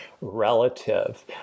relative